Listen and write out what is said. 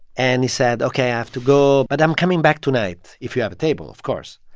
and he said, ok. i have to go. but i'm coming back tonight, if you have a table, of course.